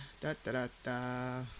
Da-da-da-da